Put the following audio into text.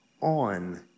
on